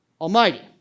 Almighty